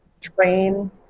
train